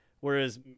Whereas